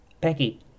Becky